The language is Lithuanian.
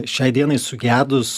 šiai dienai sugedus